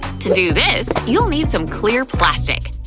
to do this, you'll need some clear plastic.